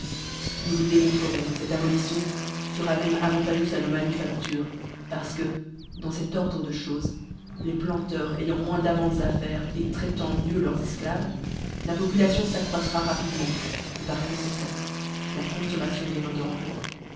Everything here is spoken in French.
nous vous démontrerons que cette abolition fera même avantageuse à nos manufactures parce que dans cet ordie de chofes les planteurs ayant moins d'avances à faire traitant mieux leurs efclaves la population s'accroîtra rapidement par conséquent la consommation de nos denrées